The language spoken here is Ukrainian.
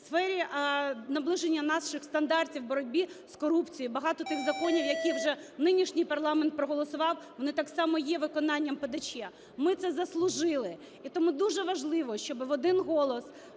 в сфері наближення наших стандартів в боротьбі з корупцією, багато тих законів, які вже нинішній парламент проголосував, вони так само є виконанням ПДЧ. Ми це заслужили. І тому дуже важливо, щоби в один голос